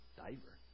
diver